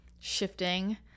shifting